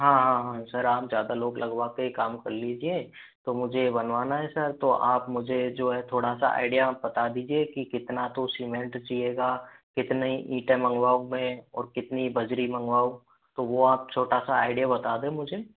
हाँ हाँ हाँ सर आप ज़्यादा लोग लगवा के ही काम कर लीजिए तो मुझे बनवाना है सर तो आप मुझे जो है थोड़ा सा आईडिया बता दीजिए कि कितना तो सीमेंट चहिएगा कितने ईंटें मंगवाऊं मैं और कितनी बजरी मंगवाऊ तो वो आप छोटा सा आईडिया बता दें मुझे